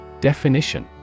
Definition